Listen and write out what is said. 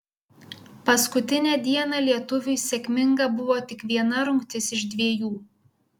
paskutinę dieną lietuviui sėkminga buvo tik viena rungtis iš dvejų